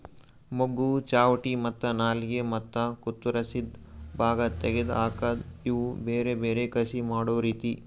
ಮೊಗ್ಗು, ಚಾವಟಿ ಮತ್ತ ನಾಲಿಗೆ ಮತ್ತ ಕತ್ತುರಸಿದ್ ಭಾಗ ತೆಗೆದ್ ಹಾಕದ್ ಇವು ಬೇರೆ ಬೇರೆ ಕಸಿ ಮಾಡೋ ರೀತಿ